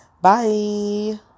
Bye